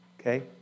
Okay